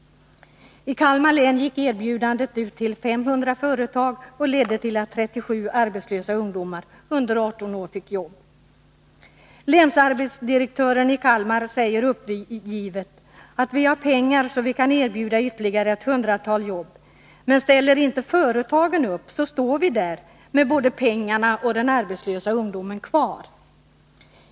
I Kalmar län gick erbjudandet ut till 500 företag och ledde till att 37 arbetslösa ungdomar under 18 år fick jobb. Länsarbetsdirektören i Kalmar säger uppgivet: Vi har pengar så att vi kan erbjuda ytterligare ett hundratal jobb, men ställer inte företagen upp står vi där med både pengarna och den arbetslösa ungdomen kvar.